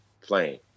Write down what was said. playing